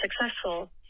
successful